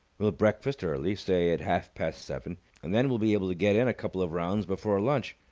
we'll breakfast early say at half-past seven and then we'll be able to get in a couple of rounds before lunch.